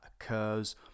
occurs